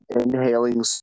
inhaling